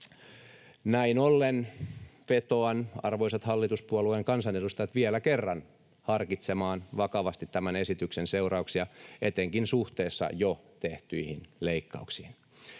Näin ollen vetoan, arvoisat hallituspuolueiden kansanedustajat, vielä kerran harkitsemaan vakavasti tämän esityksen seurauksia etenkin suhteessa jo tehtyihin leikkauksiin.